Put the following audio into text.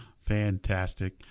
Fantastic